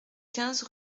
quinze